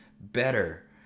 better